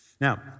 Now